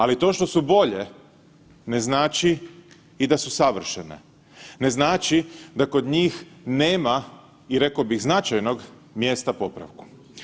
Ali to što su bolje ne znači i da su savršene, ne znači da kod njih nema i rekao bih značajnog mjesta popravku.